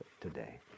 today